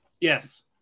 Yes